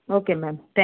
okay ma'am ತ್ಯಾ